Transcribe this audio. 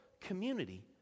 community